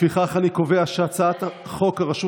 לפיכך אני קובע שהצעת החוק הרשות